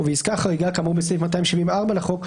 ובעסקה חריגה כאמור בסעיף 270(4) לחוק,